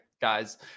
Guys